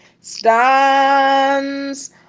stands